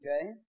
Okay